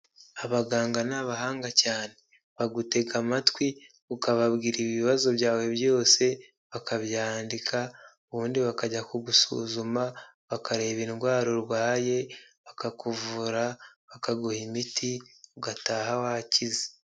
Abaganga ni abahanga cyane bagutega amatwi ukababwira ibibazo byawe byose bakabyandika ubundi bakajya kugusuzuma bakareba indwara urwaye bakakuvura bakaguha imiti ugataha wakize.